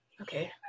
Okay